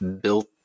built